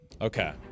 Okay